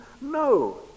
No